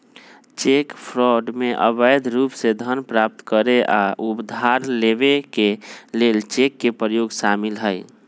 cheque fraud में अवैध रूप से धन प्राप्त करे आऽ उधार लेबऐ के लेल चेक के प्रयोग शामिल हइ